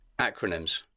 Acronyms